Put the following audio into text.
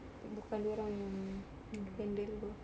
bukan dia orang yang handle apa